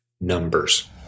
numbers